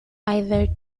either